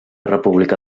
república